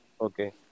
Okay।